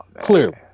Clearly